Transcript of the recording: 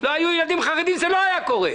אם הם לא היו ילדים חרדים זה לא היה קורה.